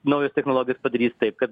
naujos technologijos padarys taip kad